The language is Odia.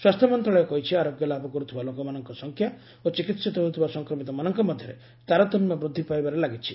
ସ୍ୱାସ୍ସ୍ୟ ମନ୍ତଶାଳୟ କହିଛି ଆରୋଗ୍ୟ ଲାଭ କରୁଥିବା ଲୋକମାନଙ୍କ ସଂଖ୍ୟା ଓ ଚିକିହିତ ହେଉଥିବା ସଂକ୍ରମିତମାନଙ୍କ ମଧ୍ଧରେ ତାରତମ୍ୟ ବୃଦ୍ଧି ପାଇବାରେ ଲାଗିଛି